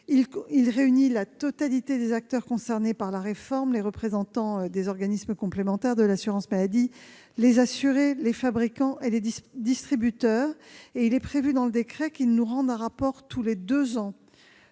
Il réunira la totalité des acteurs concernés par la réforme : les représentants des organismes complémentaires de l'assurance maladie, les assurés, les fabricants et les distributeurs. Il est prévu dans le décret que le comité nous remette un rapport tous les deux ans,